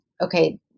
okay